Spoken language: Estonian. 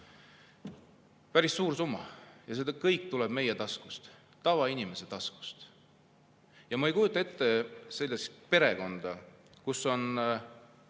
Päris suur summa ja see kõik tuleb meie taskust, tavainimese taskust. Ma ei kujuta ette, et perekond, kus on